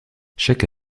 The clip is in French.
chaque